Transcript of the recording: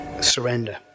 surrender